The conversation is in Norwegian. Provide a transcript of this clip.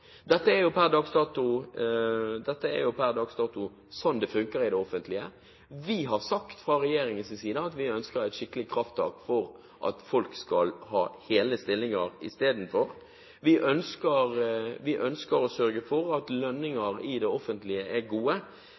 Dette er jo per dags dato sånn det funker i det offentlige. Vi har fra regjeringens side sagt at vi ønsker et skikkelig krafttak for at folk isteden skal ha heltidsstillinger. Vi ønsker å sørge for at lønningene i det offentlige er gode,